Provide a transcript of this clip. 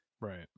Right